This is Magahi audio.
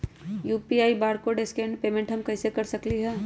यू.पी.आई बारकोड स्कैन पेमेंट हम कईसे कर सकली ह?